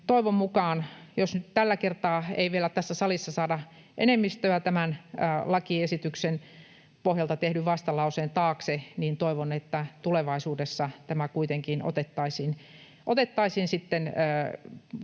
Tosiaankin jos nyt tällä kertaa ei vielä tässä salissa saada enemmistöä tämän lakiesityksen pohjalta tehdyn vastalauseen taakse, niin toivon, että tulevaisuudessa kuitenkin tämä väliaikainen